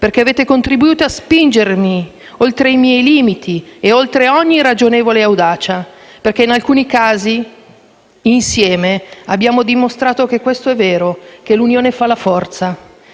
perché avete contribuito a spingermi oltre i miei limiti e oltre ogni ragionevole audacia, perché, in alcuni casi, insieme, abbiamo dimostrato che è vero che l'unione fa la forza.